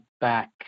back